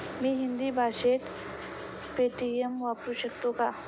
मी हिंदी भाषेत पेटीएम वापरू शकतो का?